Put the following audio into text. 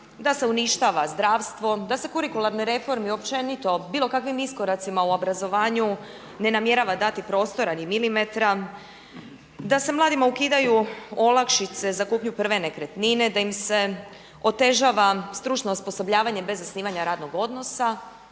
da se uništava zdravstvo, da se kurikularnoj reformi općenito, bilo kakvim iskoracima u obrazovanju ne namjerava dati prostora ni milimetra, da se mladima ukidaju olakšice za kupnju prve nekretnine, da im se otežava stručno osposobljavanje bez zasnivanja radnog odnosa.